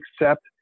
accept